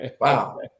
wow